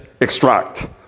extract